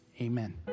amen